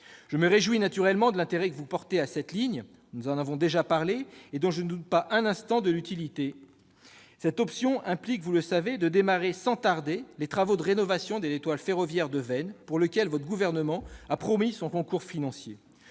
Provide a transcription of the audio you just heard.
Je me réjouis naturellement de l'intérêt que vous portez à cette ligne- nous en avons déjà parlé -, dont je ne doute pas un instant de l'utilité. Vous le savez, cette option implique d'engager sans tarder les travaux de rénovation de l'étoile ferroviaire de Veynes, pour lesquels le Gouvernement a promis son concours financier.